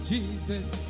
Jesus